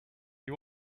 you